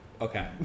Okay